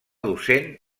docent